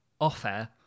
off-air